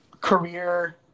career